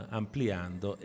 ampliando